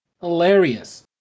hilarious